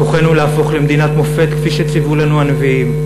בכוחנו להפוך למדינת מופת כפי שציוו לנו הנביאים.